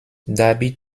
darby